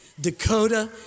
Dakota